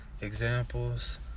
examples